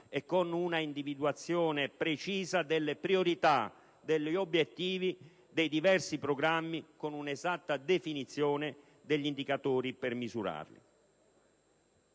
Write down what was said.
e con una individuazione precisa delle priorità, degli obiettivi dei diversi programmi con un'esatta definizione degli indicatori per misurarli.